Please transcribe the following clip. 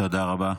תודה רבה.